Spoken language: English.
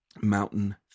Mountain